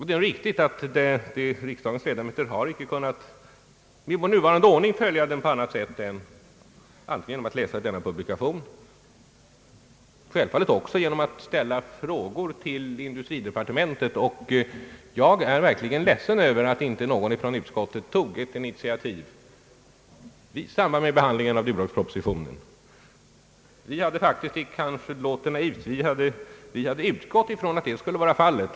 Det är riktigt att riksdagens ledamöter inte kunnat, med nuvarande ordning, följa den på annat sätt än antingen genom att läsa denna publikation eller — självfallet — också genom att ställa frågor till industridepartementet. Jag är verkligt ledsen över att ingen från utskottet tog ett sådant initiativ i samband med behandlingen av Duroxpropositionen. Det kanske låter naivt, men vi hade faktiskt utgått från att det skulle bli fallet.